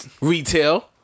Retail